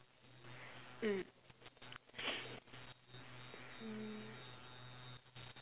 mm